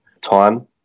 time